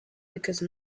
because